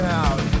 out